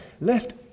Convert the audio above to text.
left